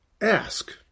ask